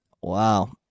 wow